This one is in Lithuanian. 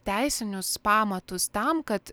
teisinius pamatus tam kad